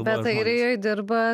bet airijoj dirba